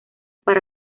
para